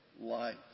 life